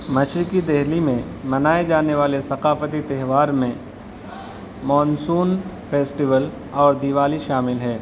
مشرقی دہلی میں منائے جانے والے ثقافتی تہوار میں مانسون فیسٹیول اور دیوالی شامل ہے